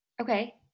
Okay